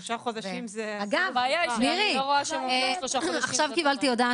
יש לי שאלה: זה לא מעכב, נכון?